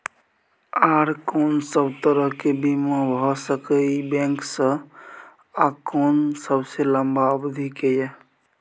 आर कोन सब तरह के बीमा भ सके इ बैंक स आ कोन सबसे लंबा अवधि के ये?